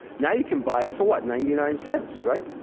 now you can buy it for what? ninety-nine cents, right?